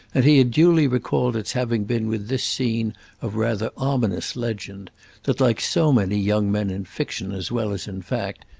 and he had duly recalled its having been with this scene of rather ominous legend that, like so many young men in fiction as well as in fact,